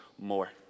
more